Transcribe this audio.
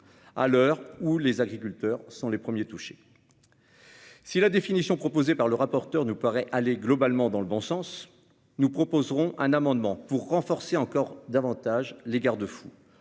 à l'heure où les agriculteurs sont les premiers touchés. Si la définition proposée par le rapporteur nous paraît aller globalement dans le bon sens, nous défendrons toutefois un amendement visant à renforcer encore davantage les garde-fous,